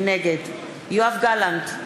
נגד יואב גלנט,